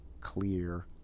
clear